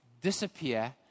disappear